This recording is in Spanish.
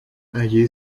allí